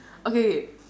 okay K